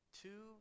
two